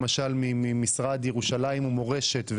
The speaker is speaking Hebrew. למשל ממשרד ירושלים ומורשת,